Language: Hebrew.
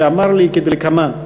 שאמר לי כדלקמן,